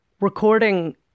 recording